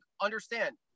understand